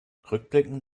rückblickend